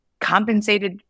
compensated